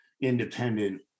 independent